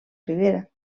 rivera